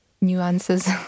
nuances